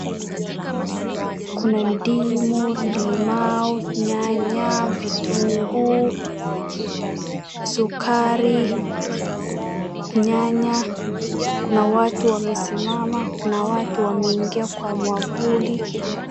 Kuna ndimu, limau, nyanya, vitunguu, sukari, nyanya. Kuna watu wamesimama, kuna watu wameingia kwa mwavuli.